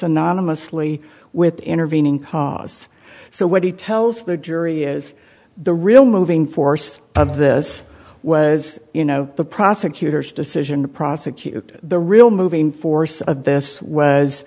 anonymously with intervening cause so what he tells the jury is the real moving force of this was you know the prosecutor's decision to prosecute the real moving force of this was